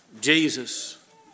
Jesus